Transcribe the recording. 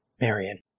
Marion